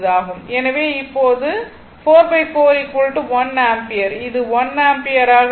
எனவே இப்போது இப்போது 44 1 ஆம்பியர் இது 1 ஆம்பியர் ஆக இருக்கும்